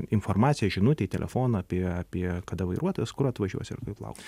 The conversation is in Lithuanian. informaciją žinutę į telefoną apie apie kada vairuotojas kur atvažiuos ir kur laukt